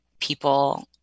people